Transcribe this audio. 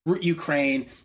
Ukraine